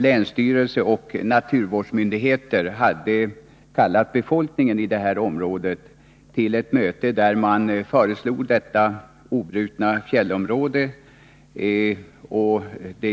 Länsstyrelsen och naturvårdsmyndigheterna kallade befolkningen i området till ett möte i Sorsele, där man lade fram förslag om detta obrutna fjällområde.